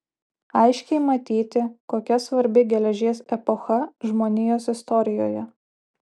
aiškiai matyti kokia svarbi geležies epocha žmonijos istorijoje